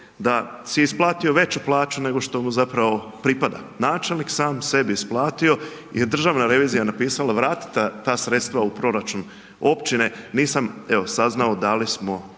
da si isplatio veću plaću nego što mu zapravo pripada. Načelnik sam sebi isplatio, državna revizija napisala vratiti za sredstva u proračun općine, nisam evo saznao da li smo